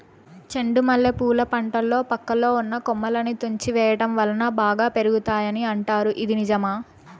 చెండు మల్లె పూల పంటలో పక్కలో ఉన్న కొమ్మలని తుంచి వేయటం వలన బాగా పెరుగుతాయి అని అంటారు ఇది నిజమా?